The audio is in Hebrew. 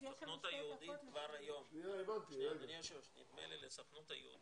השר להשכלה גבוהה ומשלימה זאב אלקין: קודם כל נדמה לי שלסוכנות היהודית,